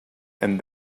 and